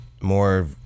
more